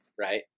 right